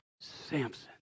Samson